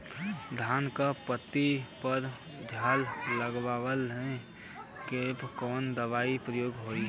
धान के पत्ती पर झाला लगववलन कियेपे कवन दवा प्रयोग होई?